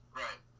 right